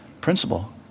principle